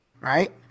right